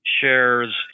shares